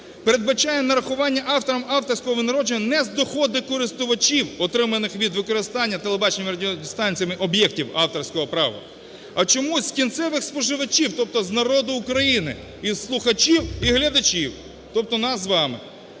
передбачає нарахування авторам авторського винагородження не з доходу користувачів, отриманих від використання телебаченням, радіостанціями об'єктів авторського права, а чомусь кінцевих споживачів, тобто з народу України, і слухачів, і глядачів, тобто нас з вами.